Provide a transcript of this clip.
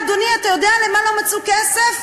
אדוני, אתה יודע למה לא מצאו כסף?